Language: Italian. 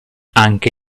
anche